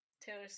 Taylor